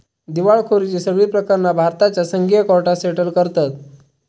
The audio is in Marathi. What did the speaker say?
दिवळखोरीची सगळी प्रकरणा भारताच्या संघीय कोर्टात सेटल करतत